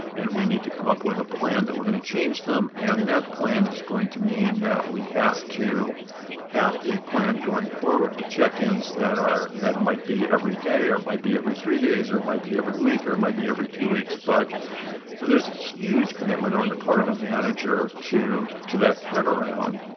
and we need to come up with a plan that we're going to change them. and that plan is going to mean that we have to have a plan going forward with check-ins that might be every day, or might be every three days, or might be every week, or might be every two weeks. but so there's a huge commitment on the part of a manager to to that turnaround.